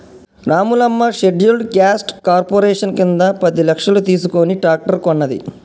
Ramulamma scheduled caste corporation కింద పది లక్షలు తీసుకుని ట్రాక్టర్ కొన్నది